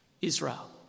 Israel